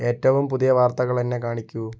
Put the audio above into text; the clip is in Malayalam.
ഏറ്റവും പുതിയ വാർത്തകൾ എന്നെ കാണിക്കൂ